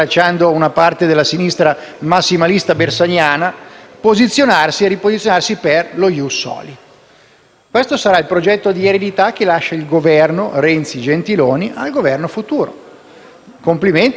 posizionarsi e riposizionarsi per lo *ius soli*. Questo è il progetto che lascia in eredità il Governo Renzi-Gentiloni Silveri al Governo futuro. Complimenti, non c'è che dire. Gli italiani non ne sentono certamente il bisogno,